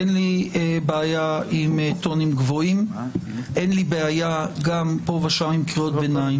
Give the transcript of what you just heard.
אין לי בעיה עם טונים גבוהים וגם עם קריאות ביניים פה ושם.